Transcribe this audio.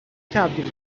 تبدیل